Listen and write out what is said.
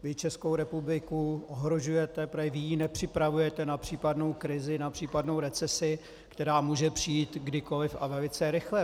Vy Českou republiku ohrožujete, protože ji nepřipravujete na případnou krizi, na případnou recesi, která může přijít kdykoliv a velice rychle.